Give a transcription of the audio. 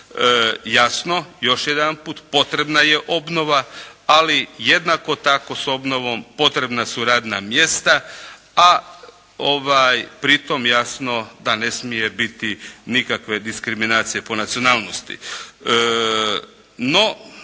Jasno, još jedanput, potrebna je obnova, ali jednako tako s obnovom potrebna su radna mjesta, a pri tom jasno da ne smije biti nikakve diskriminacije po nacionalnosti.